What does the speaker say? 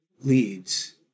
leads